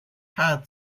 had